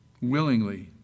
Willingly